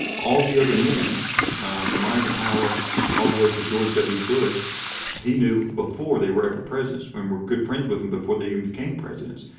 all the other men from eisenhower all the way to george w bush he knew before they were ever presidents and were good friends with him before they even became presidents.